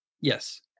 yes